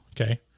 Okay